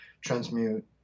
transmute